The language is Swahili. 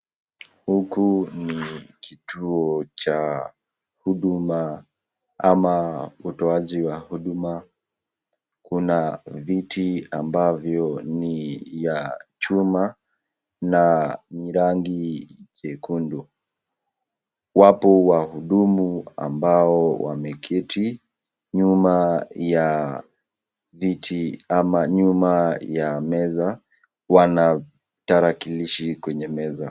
Huku ni kituo cha huduma ama utoaji wa huduma kuna viti ambavyo ni ya chuma na ni rangi jekundu, wapo wahudumu ambao wameketi nyuma ya viti ama nyuma ya meza, wanatarakilishi kwenye meza.